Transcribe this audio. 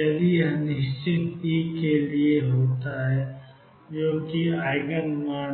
यदि यह निश्चित ई के लिए होता है जो कि ईजेन मान है